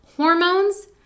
hormones